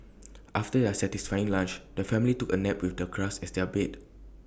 after their satisfying lunch the family took A nap with the grass as their bed